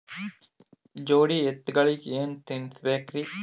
ಜೋಡಿ ಎತ್ತಗಳಿಗಿ ಏನ ತಿನಸಬೇಕ್ರಿ?